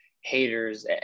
haters